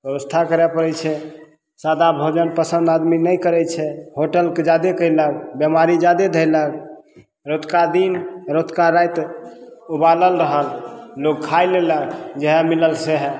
व्यवस्था करय पड़य छै सादा भोजन पसन्द आदमी नहि करय छै होटलके जादे कयलक बीमारी जादे धेलक रतुका दिन रतुका राति उबालल रहल लोग खा लेलक जएह मिलल सएह